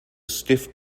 stiff